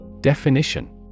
Definition